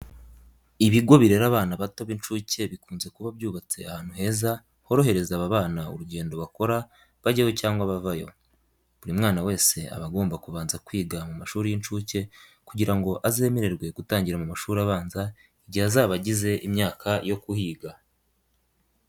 Ibigo birera abana bato b'incuke bikunze kuba byubatse ahantu heza horohereza aba bana urugendo bakora bajyayo cyangwa bavayo. Buri mwana wese aba agomba kubanza kwiga mu mashuri y'incuke kugira ngo azemererwe gutangira mu mashuri abanza igihe azaba agize imyaka yo kuhiga.